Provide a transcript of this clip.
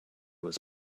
was